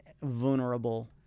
vulnerable